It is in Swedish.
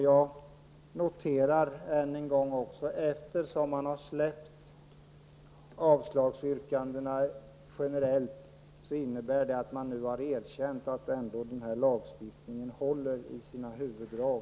Jag noterar än en gång att eftersom man har släppt avslagsyrkandena generellt innebär det att man har erkänt att lagstiftningen håller i sina huvuddrag.